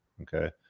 okay